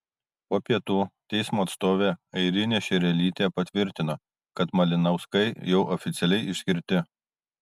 po pietų teismo atstovė airinė šerelytė patvirtino kad malinauskai jau oficialiai išskirti